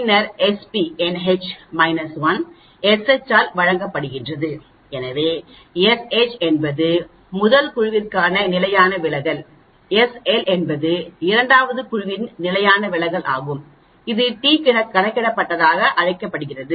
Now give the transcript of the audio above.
பின்னர் s p n H 1 sH ஆல் வழங்கப்படுகிறது எனவே S H என்பது முதல் குழுவிற்கான நிலையான விலகல் sL இரண்டாவது குழுவின் நிலையான விலகல் ஆகும் இது t கணக்கிடப்பட்டதாக அழைக்கப்படுகிறது